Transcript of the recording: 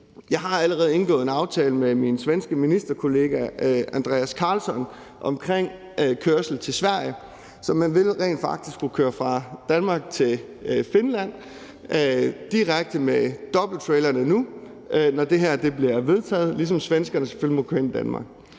Jeg har allerede indgået en aftale med min svenske ministerkollega Andreas Carlson om kørsel til Sverige. Så man vil rent faktisk kunne køre fra Danmark til Finland direkte med dobbelttrailerne nu, når det her bliver vedtaget, ligesom svenskerne selvfølgelig må køre ind i Danmark.